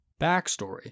backstory